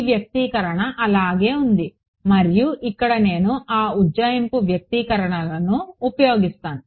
ఈ వ్యక్తీకరణ అలాగే ఉంది మరియు ఇక్కడ నేను ఆ ఉజ్జాయింపు వ్యక్తీకరణలను ఉపయోగిస్తాను